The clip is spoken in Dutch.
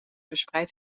verspreid